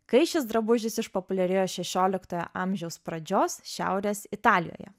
kai šis drabužis išpopuliarėjo šešioliktojo amžiaus pradžios šiaurės italijoje